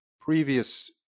previous